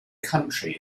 country